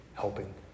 helping